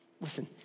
Listen